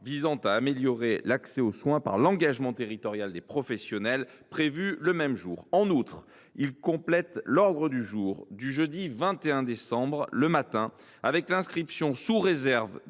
visant à améliorer l’accès aux soins par l’engagement territorial des professionnels, prévues le même jour. En outre, il complète l’ordre du jour du jeudi 21 décembre le matin, avec l’inscription, sous réserve